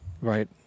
Right